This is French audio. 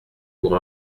pour